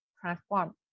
transform